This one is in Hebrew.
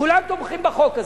כולם תומכים בחוק הזה,